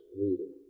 reading